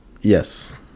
Yes